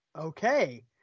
Okay